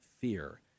fear